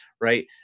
right